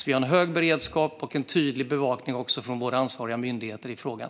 Vi har en hög beredskap och en tydlig bevakning från våra ansvariga myndigheter i frågan.